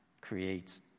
creates